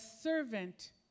servant